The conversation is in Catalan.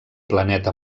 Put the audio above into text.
planeta